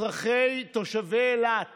תושבי אילת